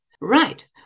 right